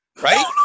Right